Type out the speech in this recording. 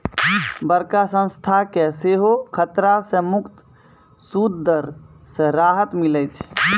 बड़का संस्था के सेहो खतरा से मुक्त सूद दर से राहत मिलै छै